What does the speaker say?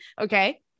Okay